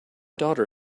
daughter